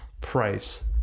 price